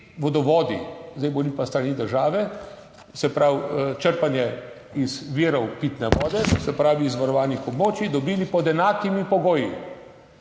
vodovodi, zdaj govorim pa s strani države. Se pravi črpanje iz virov pitne vode, se pravi iz varovanih območij, dobili pod enakimi pogoji.